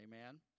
Amen